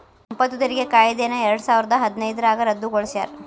ಸಂಪತ್ತು ತೆರಿಗೆ ಕಾಯ್ದೆಯನ್ನ ಎರಡಸಾವಿರದ ಹದಿನೈದ್ರಾಗ ರದ್ದುಗೊಳಿಸ್ಯಾರ